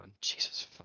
Jesus